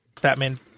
Batman